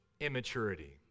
immaturity